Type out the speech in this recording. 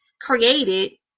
created